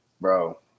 bro